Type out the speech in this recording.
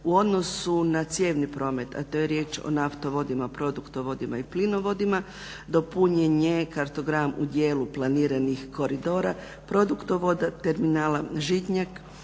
U odnosu na cijevni promet, a to je riječ o naftovodima, produktovodima i plinovodima dopunjen je kartogram u dijelu planiranih koridora, produktovoda terminala Žitnjak